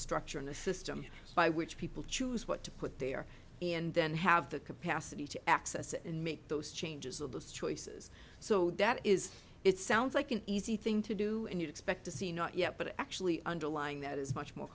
structure and a system by which people choose what to put there and then have the capacity to access and make those changes of those choices so that is it sounds like an easy thing to do and you expect to see not yet but actually underlying that is much more